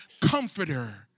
comforter